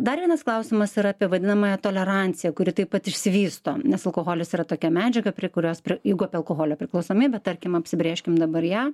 dar vienas klausimas yra apie vadinamąją toleranciją kuri taip pat išsivysto nes alkoholis yra tokia medžiaga prie kurios jeigu apie alkoholio priklausomybę tarkim apsibrėžkim dabar ją